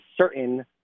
certain